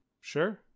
sure